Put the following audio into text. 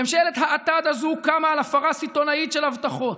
ממשלת האטד הזאת קמה על הפרה סיטונאית של הבטחות,